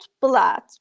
blood